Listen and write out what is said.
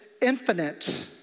infinite